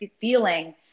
feeling